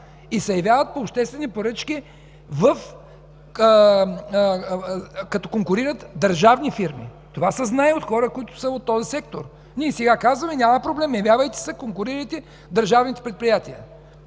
и се явяват по обществени поръчки, като конкурират държавни фирми. Това се знае от хората в този сектор. И ние сега казваме: „Няма проблем, явявайте се, конкурирайте държавните предприятия.”.